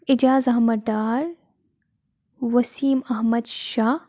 اعجاز احمد ڈار و سیٖم احمد شاہ